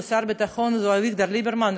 ושר הביטחון הוא אביגדור ליברמן,